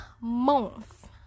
month